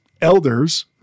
elders